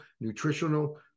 nutritional